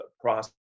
process